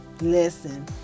Listen